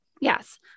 Yes